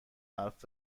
حرف